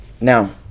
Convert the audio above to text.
Now